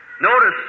notice